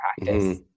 practice